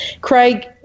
Craig